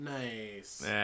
Nice